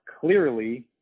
clearly